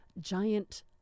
giant